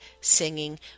singing